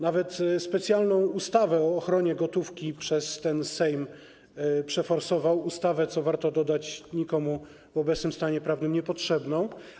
Nawet specjalną ustawę o ochronie gotówki przeforsował przez Sejm, ustawę, co warto dodać, nikomu w obecnym stanie prawnym niepotrzebną.